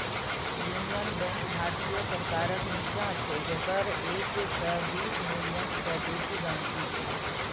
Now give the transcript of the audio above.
union Bank भारतीय सरकारक निच्चां छै जकर एक सय बीस मिलियन सय बेसी गांहिकी छै